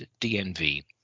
DNV